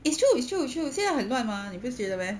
it's true it's true true 现在很乱吗你不觉得 meh